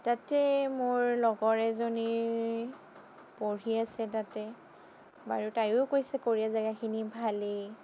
তাতে মোৰ লগৰ এজনীৰ পঢ়ি আছে তাতে বাৰু তায়ো কৈছে কোৰিয়া জাগাখিনি ভালেই